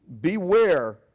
beware